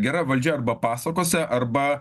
gera valdžia arba pasakose arba